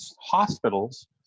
hospitals